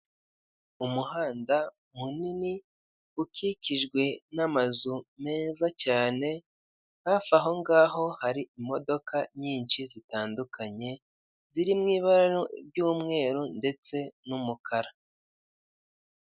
Umuhanda mu nini ukukijwe na mazu meza cyane hafi aho ngaho hari imodoka nyinshi zitandukanye ziri mw'ibara ry'umweru ndetse n'umukara.